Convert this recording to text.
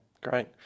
Great